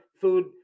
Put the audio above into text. food